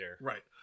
right